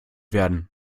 werden